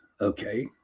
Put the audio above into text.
okay